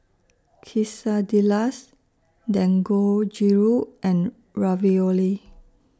Quesadillas Dangojiru and Ravioli